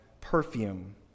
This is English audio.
perfume